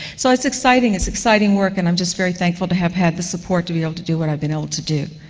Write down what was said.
so it's exciting, it's exciting work, and i'm just very thankful to have had the support to be able to do what i've been able to do.